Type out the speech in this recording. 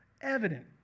evident